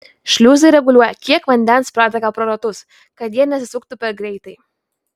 šliuzai reguliuoja kiek vandens prateka pro ratus kad jie nesisuktų per greitai